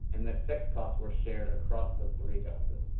and that fixed cost were shared across the three doses.